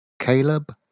Caleb